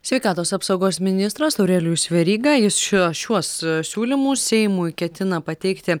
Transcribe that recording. sveikatos apsaugos ministras aurelijus veryga jis šiuo šiuos siūlymus seimui ketina pateikti